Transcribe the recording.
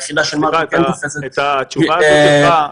היחידה של מרקו כן תופסת מבנים כאלה.